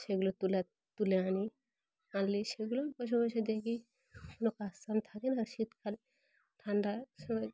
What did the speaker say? সেগুলো তুলে তুলে আনি আনলে সেগুলোই বসে বসে দেখি কোনো কাজ চান থাকে না শীতকাল ঠান্ডা সময়